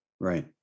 Right